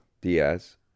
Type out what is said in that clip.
Diaz